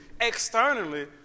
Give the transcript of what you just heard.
externally